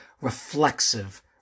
reflexive